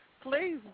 Please